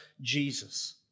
Jesus